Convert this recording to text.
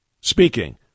speaking